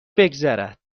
بگذرد